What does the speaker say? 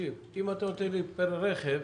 אם אתה נותן לי פר רכב,